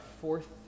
fourth